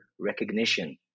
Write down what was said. recognition